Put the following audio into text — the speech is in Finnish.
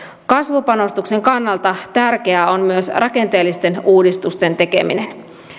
kasvupanostuksen kannalta tärkeää on myös rakenteellisten uudistusten tekeminen